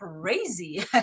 crazy